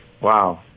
wow